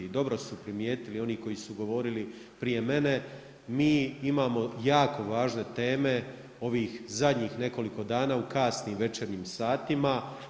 I dobro su primijetili oni koji su govorili prije mene, mi imamo jako važne teme ovih zadnjih nekoliko dana u kasnim večernjim satima.